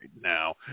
now